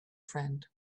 friend